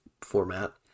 format